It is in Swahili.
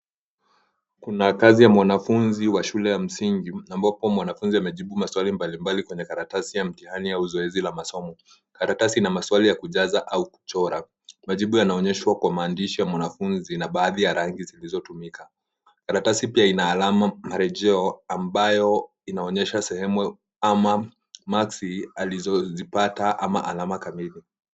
Kuna kazi ya mwanafunzi wa shule ya msingi ambapo mwanafunzi amejibu maswali mbalimbali kwenye karatasi ya mtihani au zoezi la masomo. Karatasi ina maswali ya kujaza au kuchora. Majibu yanaonyeshwa kwa maandishi ya mwanafunzi na baadhi ya rangi zilizotumika. Karatasi pia ina alama marejeo ambayo inaonyesha sehemu ama maksi alizozipata ama alama kamili,